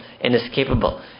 inescapable